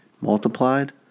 multiplied